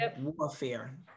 warfare